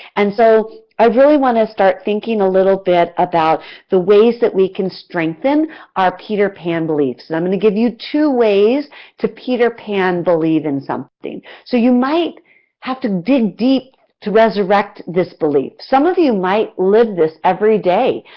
and so i really want us to start thinking a little bit about the ways that we can strengthen our peter pan belief. and i'm going to give you two ways to peter pan believe in something. so you might have to dig deep to resurrect this belief. some of you might live this every day.